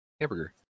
Hamburger